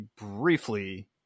briefly